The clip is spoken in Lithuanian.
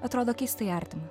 atrodo keistai arti